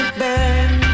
burn